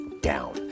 down